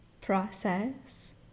process